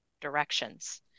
directions